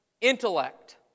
intellect